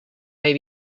may